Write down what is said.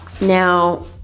Now